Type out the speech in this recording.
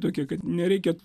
tokia kad nereikia